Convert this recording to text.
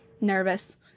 nervous